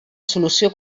solució